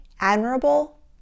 admirable